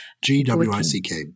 G-W-I-C-K